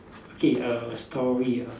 okay err story uh